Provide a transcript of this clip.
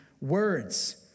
words